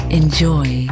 enjoy